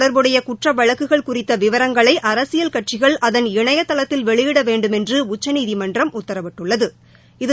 தொடர்புடையகுற்றவழக்குகள் குறித்தவிவரங்களைஅரசியல் கட்சிகள் வேட்பாளர்கள் அதன் இணையதளத்தில் வெளியிடவேண்டும் என்றுஉச்சநீதிமன்றம் உத்தரவிட்டுள்ளது